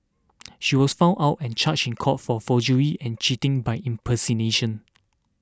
she was found out and charged in court for forgery and cheating by impersonation